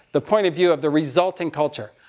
the point of view of the resulting culture.